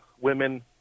women